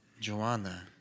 Joanna